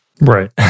Right